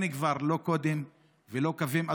כבר אין לא קודים ולא קווים אדומים.